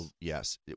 Yes